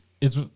is-